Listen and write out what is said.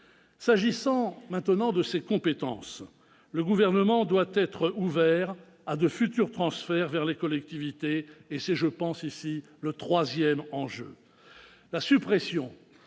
S'agissant des compétences, le Gouvernement doit être ouvert à de futurs transferts vers les collectivités, c'est le troisième enjeu. La suppression